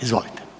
Izvolite.